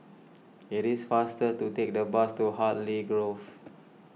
it is faster to take the bus to Hartley Grove